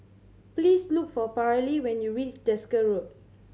please look for Paralee when you reach Desker Road